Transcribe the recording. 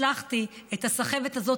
הצלחתי לעצור את הסחבת הזאת,